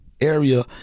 area